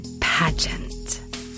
pageant